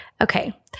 Okay